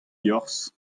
liorzh